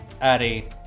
Addy